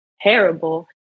terrible